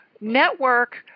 network